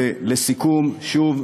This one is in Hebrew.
ולסיכום, שוב,